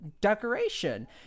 decoration